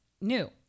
new